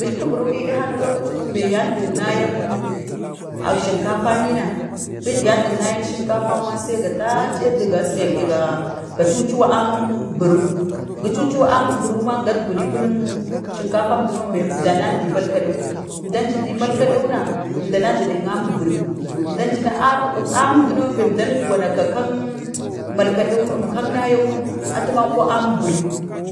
gijtu biriu ədkani, lokaci bambe yandu nayang aek sinkafangnyi na yan duk na yan sinkafangng na, see ga race tu, gasge, ga ga cucuwak amin buru, buru gu cucuwu amik buru, kadguni kunik ann sinkafan duno beng əmdandi malkadewu əmdan ji di malkadewuna, əmdan du dek aminik biriu, aminun duno be əmdannutgunaga kang malkadau no, kak nayau no atu manko amik biriw